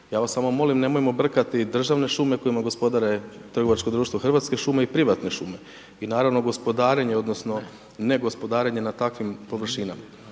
Ja vas samo molim nemojmo brkati državne šume kojima gospodare trgovačko društvo Hrvatske šume i privatne šume. I naravno gospodarenje odnosno ne gospodarenje na takvim površinama.